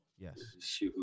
Yes